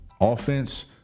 Offense